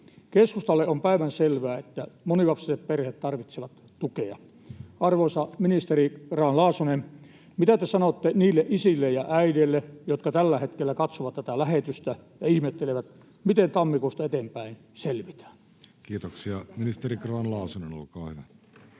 Keskustalle on päivänselvää, että monilapsiset perheet tarvitsevat tukea. Arvoisa ministeri Grahn-Laasonen, mitä te sanotte niille isille ja äideille, jotka tällä hetkellä katsovat tätä lähetystä ja ihmettelevät, miten tammikuusta eteenpäin selvitään? [Speech 86] Speaker: Jussi Halla-aho